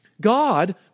God